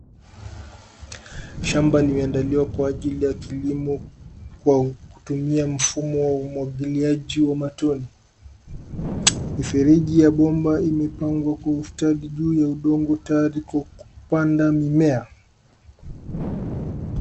Shamba limeandaliwa kwa ajili ya kilimo kwa kutumia mfumo wa umwagiliaji wa matone. Mifereji ya bomba imepangwa kwa ustadi juu ya udongo kupanda mimea.